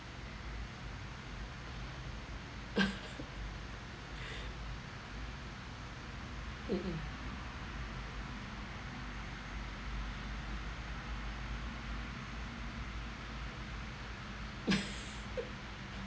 mm mm